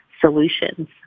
solutions